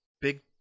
big